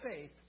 faith